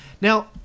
Now